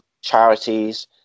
charities